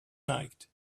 night